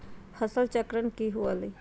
फसल चक्रण की हुआ लाई?